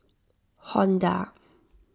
Honda